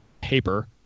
paper